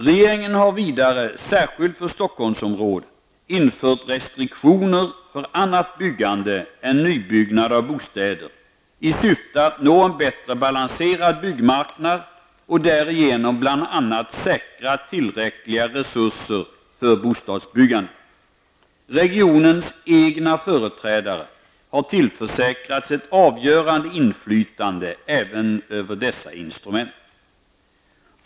Regeringen har vidare särskilt för Stockholmsområdet infört restriktioner för annat byggande än nybyggnad av bostäder i syfte att nå en bättre balanserad byggmarknad och därigenom bl.a. säkra tillräckliga resurser för bostadsbyggandet. Regionens egna företrädare har tillförsäkrats ett avgörande inflytande även över dessa instrument.